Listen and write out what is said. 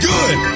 Good